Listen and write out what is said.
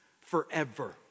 forever